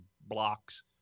blocks